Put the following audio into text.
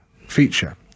feature